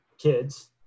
kids